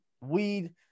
weed